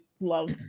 love